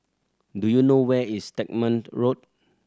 do you know where is Stagmont Road